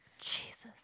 Jesus